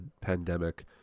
pandemic